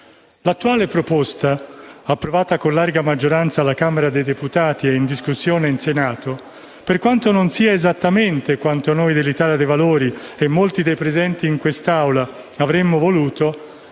L'attuale proposta, approvata con larga maggioranza alla Camera dei deputati e in discussione in Senato, per quanto non sia esattamente quanto noi dell'Italia dei Valori e molti dei presenti in quest'Aula avremmo voluto,